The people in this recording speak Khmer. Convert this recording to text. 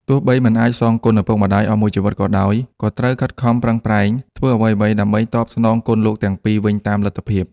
ទោះបីមិនអាចសងគុណឪពុកម្ដាយអស់មួយជីវិតក៏ដោយ ក៏កូនត្រូវខិតខំប្រឹងប្រែងធ្វើអ្វីៗដើម្បីតបស្នងគុណលោកទាំងពីរវិញតាមលទ្ធភាព។